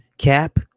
Cap